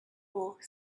more